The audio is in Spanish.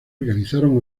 organizaron